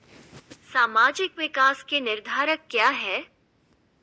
सामाजिक विकास के निर्धारक क्या है?